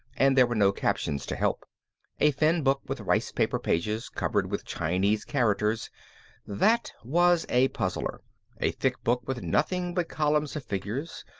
and there were no captions to help a thin book with ricepaper pages covered with chinese characters that was a puzzler a thick book with nothing but columns of figures,